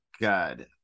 God